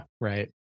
Right